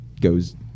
goes